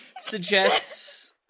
suggests